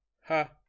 ha